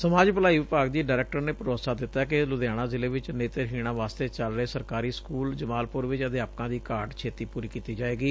ਸਮਾਜ ਭਲਾਈ ਵਿਭਾਗ ਦੀ ਡਾਇਰੈਕਟਰ ਨੇ ਭਰੋਸਾ ਦਿੱਤੈ ਕਿ ਲੁਧਿਆਣਾ ਜ਼ਿਲੇ ਚ ਨੇਤਰਹੀਣਾ ਵਾਸਤੇ ਚੱਲ ਰਹੇ ਸਰਕਾਰੀ ਸਕੁਲ ਜਮਾਲਪੁਰ ਵਿਚ ਅਧਿਆਪਕਾਂ ਦੀ ਘਾਟ ਛੇਤੀ ਪੁਰੀ ਕੀਤੀ ਜਾਵੇਗੀ